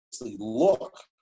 look